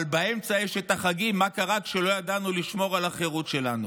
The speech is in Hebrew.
אבל באמצע יש את החגים שקרו כשלא ידענו לשמור על החירות שלנו.